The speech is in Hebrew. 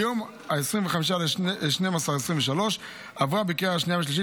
ביום 25 בדצמבר 2023 עברה בקריאה השנייה והשלישית